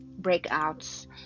breakouts